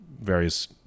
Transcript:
various